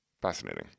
fascinating